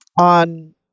on